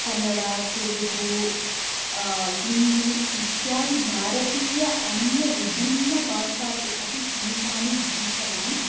कन्नडा तेलुगु हिन्दी इत्यादि भारतीया अन्या विभिन्ना भाषासु अपि गीतानि गीतवान्